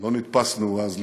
לא נתפסנו אז לייאוש.